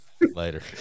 later